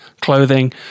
clothing